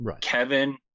kevin